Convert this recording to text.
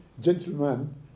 gentleman